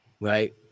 right